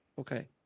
Okay